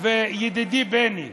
וידידי בני: